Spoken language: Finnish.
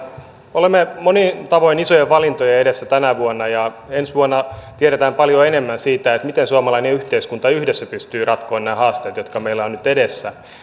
olemme monin tavoin isojen valintojen edessä tänä vuonna ja ensi vuonna tiedetään paljon enemmän siitä miten suomalainen yhteiskunta yhdessä pystyy ratkomaan nämä haasteet jotka meillä on nyt edessä